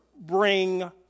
bring